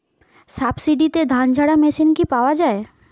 সাবসিডিতে ধানঝাড়া মেশিন কি পাওয়া য়ায়?